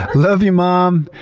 love you mom!